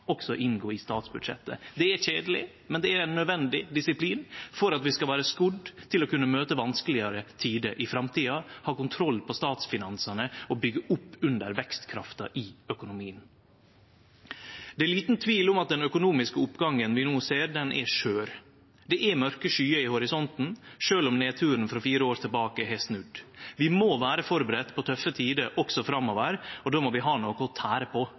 også inngå i statsbudsjettet. Det er keisamt, men det er ein nødvendig disiplin for at vi skal vere skodde til å kunne møte vanskelegare tider i framtida, ha kontroll på statsfinansane og byggje opp under vekstkrafta i økonomien. Det er liten tvil om at den økonomiske oppgangen vi no ser, er skjør. Det er mørke skyer i horisonten, sjølv om nedturen frå fire år tilbake har snudd. Vi må vere førebudde på tøffe tider også framover, og då må vi ha noko å tære på.